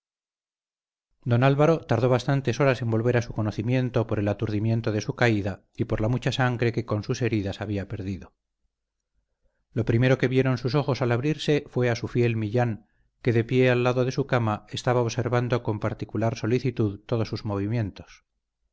don álvaro tardó bastantes horas en volver a su conocimiento por el aturdimiento de su caída y por la mucha sangre que con sus heridas había perdido lo primero que vieron sus ojos al abrirse fue a su fiel millán que de pie al lado de su cama estaba observando con particular solicitud todos sus movimientos